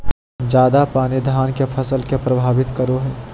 ज्यादा पानी धान के फसल के परभावित करो है?